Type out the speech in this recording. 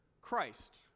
Christ